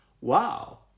Wow